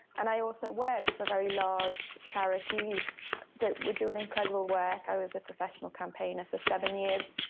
and i also worked for very large charities that were doing incredible work. i was a professional campaigner for seven years.